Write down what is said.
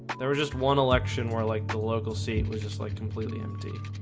there were just one election where like the local seat was just like completely empty